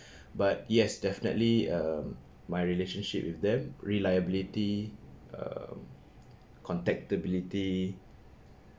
but yes definitely um my relationship with them reliability um contact-ability